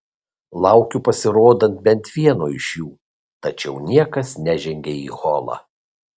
laukiu pasirodant bent vieno iš jų tačiau niekas nežengia į holą